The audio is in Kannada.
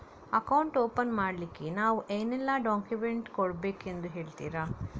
ಅಕೌಂಟ್ ಓಪನ್ ಮಾಡ್ಲಿಕ್ಕೆ ನಾವು ಏನೆಲ್ಲ ಡಾಕ್ಯುಮೆಂಟ್ ಕೊಡಬೇಕೆಂದು ಹೇಳ್ತಿರಾ?